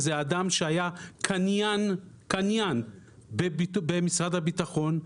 יש שם איזה אדם שהיה קניין במשרד הביטחון.